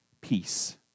peace